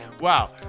Wow